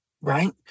right